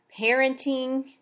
Parenting